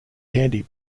candy